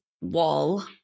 wall